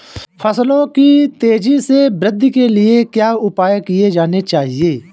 फसलों की तेज़ी से वृद्धि के लिए क्या उपाय किए जाने चाहिए?